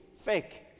fake